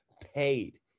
paid